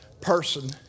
person